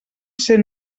ser